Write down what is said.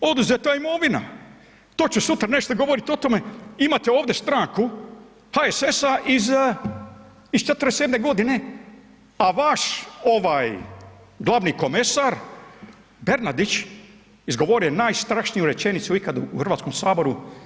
Oduzeta imovina, to će sutra nešto govoriti o tome, imate ovdje stranku HSS-a iz '47. godine, vaš glavni komesar Bernardić izgovorio je najstrašniju rečenicu ikad u Hrvatskom saboru.